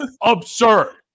absurd